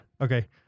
Okay